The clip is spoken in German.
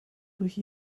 durch